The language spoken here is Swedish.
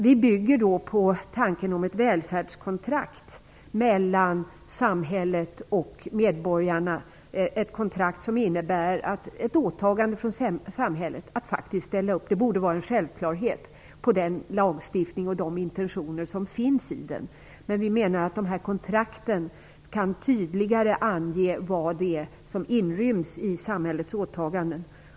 Vi bygger då på tanken om ett välfärdskontrakt mellan samhället och medborgarna, ett kontrakt som innebär ett åtagande från samhället att faktiskt ställa sig bakom lagstiftningen och dess intentioner, vilket naturligtvis borde vara en självklarhet. Vi menar dock att sådana kontrakt tydligare kan ange vad som inryms i samhällets åtaganden.